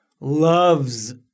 Loves